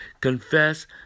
confess